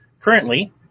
currently